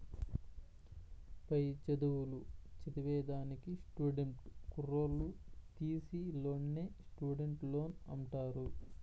పై చదువులు చదివేదానికి స్టూడెంట్ కుర్రోల్లు తీసీ లోన్నే స్టూడెంట్ లోన్ అంటారు